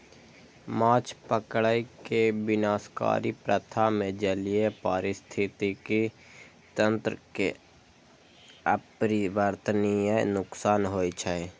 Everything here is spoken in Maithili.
माछ पकड़ै के विनाशकारी प्रथा मे जलीय पारिस्थितिकी तंत्र कें अपरिवर्तनीय नुकसान होइ छै